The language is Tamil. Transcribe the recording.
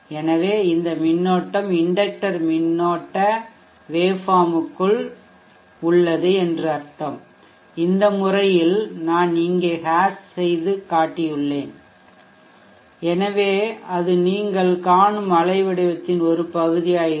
எனவே இந்த மின்னோட்டம் இண்டக்டர் மின்னோட்ட வேவ்ஃபார்ம் க்குள் அலைவடிவத்திற்குள் உள்ளது என்று அர்த்தம் இந்த முறையில் நான் இங்கே ஹேஷ் செய்து காட்டியுள்ளேன் எனவே அது நீங்கள் காணும் அலைவடிவத்தின் ஒரு பகுதியாக இருக்கும்